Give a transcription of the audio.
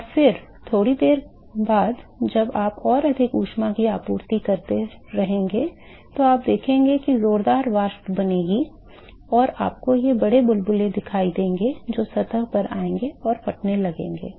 और फिर थोड़ी देर बाद जब आप और अधिक ऊष्मा की आपूर्ति करते रहेंगे तो आप देखेंगे कि जोरदार वाष्पबनेगी और आपको ये बड़े बुलबुले दिखाई देंगे जो सतह पर आएंगे और फटने लगेंगे